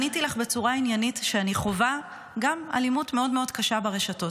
עניתי לך בצורה עניינית שגם אני חווה אלימות מאוד מאוד קשה ברשתות.